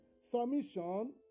submission